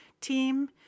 team